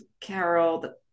Carol